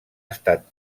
estat